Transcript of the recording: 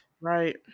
Right